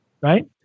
right